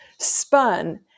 spun